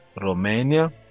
Romania